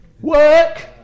work